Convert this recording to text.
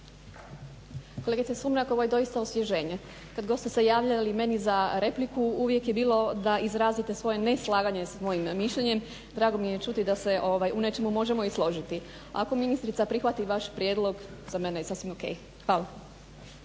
Kolegice Sumrak, ovo je doista osvježenje, kad god ste se javljali meni za repliku uvijek je bilo da izrazite svoje neslaganje s mojim mišljenjem, drago mi je čuti da se u nečemu možemo i složiti. Ako ministrica prihvati vaš prijedlog, za mene je sasvim ok. Hvala.